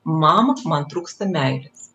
mama man trūksta meilės